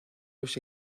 los